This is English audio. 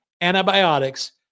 antibiotics